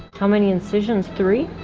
how many incisions, three?